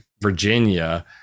Virginia